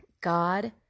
God